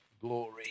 glory